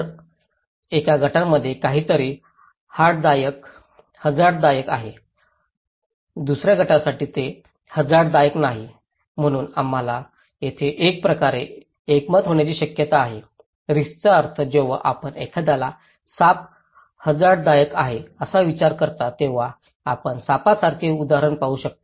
तर एका गटामध्ये काहीतरी हझार्डदायक आहे दुसर्या गटासाठी ते हझार्डदायक नाही म्हणून आम्हाला येथे एकप्रकारे एकमत होण्याची शक्यता आहे रिस्कचा अर्थ जेव्हा आपण एखाद्याला साप हझार्डदायक आहे असा विचार करता तेव्हा आपण सापांसारखे उदाहरण पाहू शकता